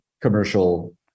commercial